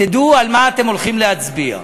תדעו על מה אתם הולכים להצביע: